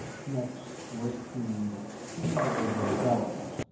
connect right to the inside edge of the bellows.